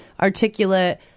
articulate